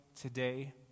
today